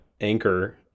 anchor